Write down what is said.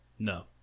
No